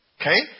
Okay